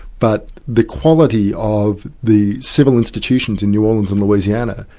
but the quality of the civil institutions in new orleans and louisiana,